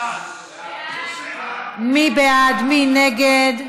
מי נגד?